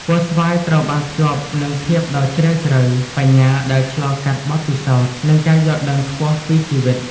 ពណ៌ស្វាយត្រូវបានភ្ជាប់នឹងភាពដ៏ជ្រាលជ្រៅ បញ្ញាដែលឆ្លងកាត់បទពិសោធន៍ និងការយល់ដឹងខ្ពស់ពីជីវិត។